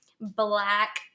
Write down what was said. black